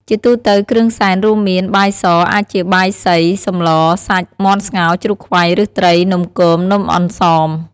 ជាទូទៅគ្រឿងសែន រួមមាន បាយស អាចជាបាយសី សម្ល សាច់ មាន់ស្ងោរ ជ្រូកខ្វៃ ឬត្រី នំគម នំអន្សម។